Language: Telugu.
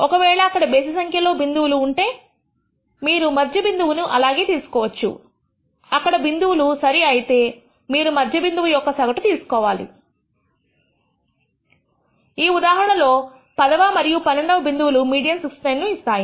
ఒకవేళ అక్కడ బేసి సంఖ్యలో బిందువులు ఉంటే మీరు మధ్య బిందువు అలాగే తీసుకోవచ్చు అక్కడ బిందువుల సరి సంఖ్య అయితే మీరు మధ్య బిందువు యొక్క ఒక సగటుని తీసుకోవాలి ఈ ఉదాహరణలో పదవ మరియు పన్నెండవ బిందువులు మీడియన్ 69 ని ఇస్తాయి